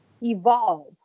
evolve